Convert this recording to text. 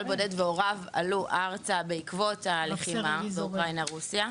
בודד והוריו עלו ארצה בעקבות הלחימה באוקראינה/רוסיה,